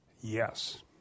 Yes